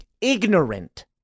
ignorant